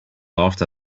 after